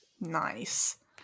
Nice